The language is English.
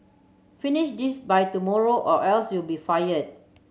finish this by tomorrow or else you'll be fired